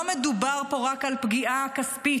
לא מדובר פה רק על פגיעה כספית,